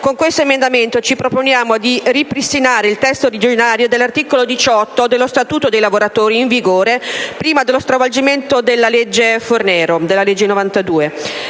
Con questo emendamento proponiamo di ripristinare il testo originario dell'articolo 18 dello Statuto dei lavoratori in vigore prima dello stravolgimento della legge Fornero, la n. 92